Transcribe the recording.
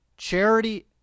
Charity